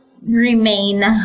remain